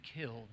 killed